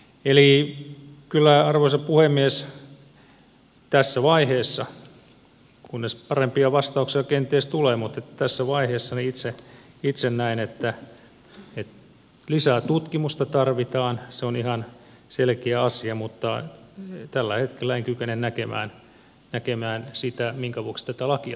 eli kyllä arvoisa puhemies tässä vaiheessa kunnes parempia vastauksia kenties tulee itse näen että lisää tutkimusta tarvitaan se on ihan selkeä asia mutta tällä hetkellä en kykene näkemään sitä minkä vuoksi tätä lakia tarvittaisiin